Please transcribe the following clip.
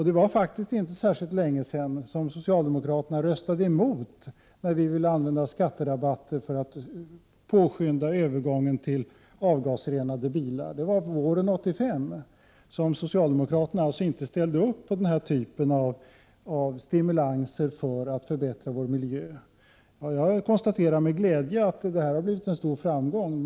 Det var faktiskt inte så länge sedan som socialdemokraterna röstade emot vårt förslag att använda skatterabatter för att påskynda övergången till avgasrenade bilar. Det var år 1985 som socialdemokraterna inte ställde upp bakom den här typen av stimulanser för att förbättra vår miljö. Jag konstaterar med glädje att avgasrening har blivit en framgång.